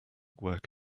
work